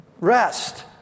rest